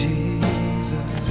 Jesus